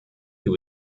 who